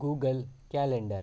Google calendar